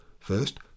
First